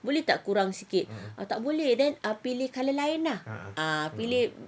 boleh tak kurang sikit tak boleh then pilih colour lain ah